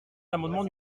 l’amendement